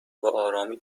بهآرامی